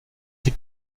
ses